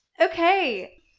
Okay